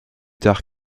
tard